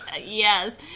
Yes